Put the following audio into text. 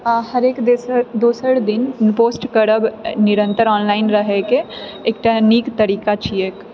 हरेक दोसर दिन पोस्ट करब निरन्तर ऑनलाइन रहएके एकटा नीक तरीका छियैक